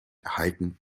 erhalten